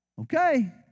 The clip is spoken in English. Okay